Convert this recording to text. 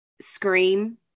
scream